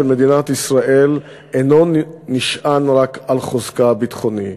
מדינת ישראל אינו נשען רק על חוזקה הביטחוני,